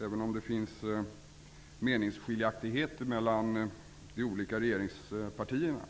Även om det finns meningsskiljaktigheter mellan de olika regeringspartierna